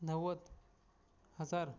नव्वद हजार